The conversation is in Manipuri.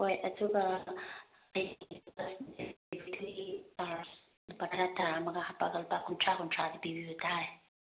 ꯍꯣꯏ ꯑꯗꯨꯒ ꯆꯥꯔꯖ ꯂꯨꯄꯥ ꯇꯔꯥ ꯇꯔꯥ ꯑꯃꯒ ꯍꯥꯞꯄꯒ ꯂꯨꯄꯥ ꯀꯨꯟꯊ꯭ꯔꯥ ꯀꯨꯟꯊ꯭ꯔꯥꯗꯤ ꯄꯤꯕꯕ ꯇꯥꯔꯦ